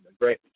great